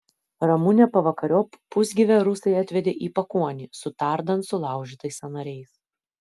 ramunę pavakariop pusgyvę rusai atvedė į pakuonį su tardant sulaužytais sąnariais